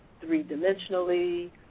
three-dimensionally